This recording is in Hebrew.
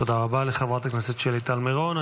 תודה רבה לחברת הכנסת שלי טל מירון.